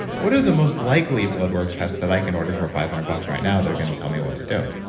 what are the most likely blood work tests that i can order for five hundred dollars right now that are going to tell me what to do?